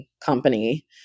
company